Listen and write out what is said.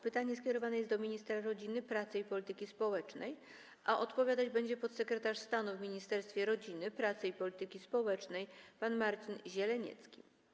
Pytanie skierowane jest do ministra rodziny, pracy i polityki społecznej, a odpowiadać będzie podsekretarz stanu w Ministerstwie Rodziny, Pracy i Polityki Społecznej pan Marcin Zieleniecki.